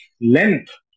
length